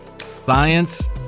Science